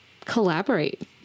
collaborate